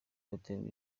baterwa